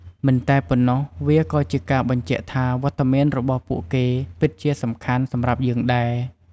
មិនតែប៉ុណ្ណោះ វាក៏ជាការបញ្ជាក់ថាវត្តមានរបស់ពួកគេពិតជាសំខាន់សម្រាប់យើងដែរ។